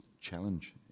challenge